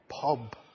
Pub